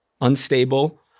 unstable